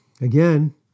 again